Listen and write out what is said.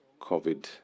COVID